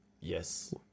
yes